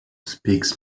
speaks